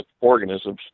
organisms